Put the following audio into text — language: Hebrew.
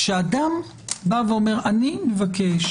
כשאדם אומר: אני מבקש